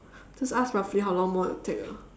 just ask roughly how long more it'll take ah